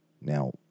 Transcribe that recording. Now